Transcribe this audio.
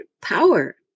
power